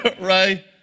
right